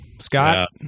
Scott